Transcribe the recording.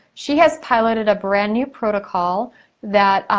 she has piloted a brand new protocol that